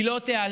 היא לא תיעלם.